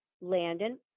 Landon